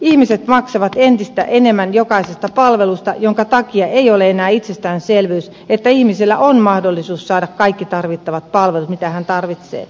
ihmiset maksavat entistä enemmän jokaisesta palvelusta minkä takia ei ole enää itsestäänselvyys että ihmisellä on mahdollisuus saada kaikki tarvittavat palvelut mitä hän tarvitsee